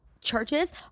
churches